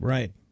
Right